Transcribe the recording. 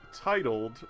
titled